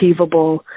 achievable